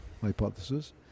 hypothesis